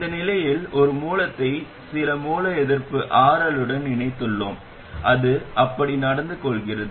இந்த நிலையில் ஒரு மூலத்தை சில மூல எதிர்ப்பு RL உடன் இணைத்துள்ளோம் அது அப்படி நடந்து கொள்கிறது